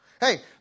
Hey